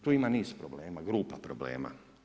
Tu ima niz problema, grupa problema.